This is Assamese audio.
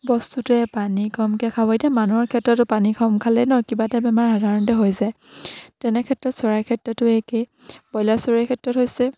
বস্তুটোৱে পানী কমকে খাব এতিয়া মানুহৰ ক্ষেত্ৰতো পানী কম খালেই ন কিবা এটা বেমাৰ সাধাৰণতে হৈ যায় তেনেক্ষেত্ৰত চৰাইৰ ক্ষেত্ৰতো একেই ব্ৰইলাৰ চৰাইৰ ক্ষেত্ৰত হৈছে